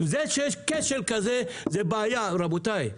זה שיש כשל כזה זה בעיה רבותי.